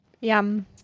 Yum